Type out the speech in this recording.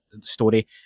story